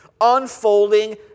unfolding